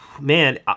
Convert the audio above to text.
man